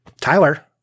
Tyler